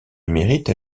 émérite